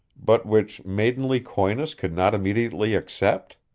but which maidenly coyness could not immediately accept?